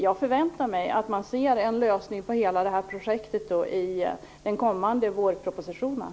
Jag förväntar mig en lösning på hela det här projektet i den kommande vårpropositionen.